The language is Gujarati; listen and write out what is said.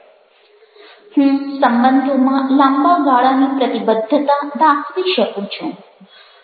હું સંબંધોમાં લાંબાગાળાની પ્રતિબદ્ધતા દાખવી શકું છું